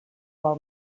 vol